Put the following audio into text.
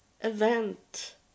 event